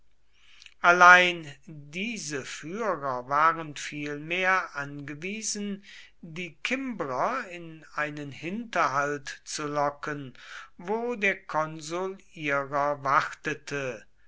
allein diese führer waren vielmehr angewiesen die kimbrer in einen hinterhalt zu locken wo der konsul ihrer wartete